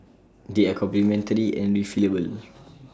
they are complementary and refillable